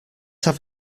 have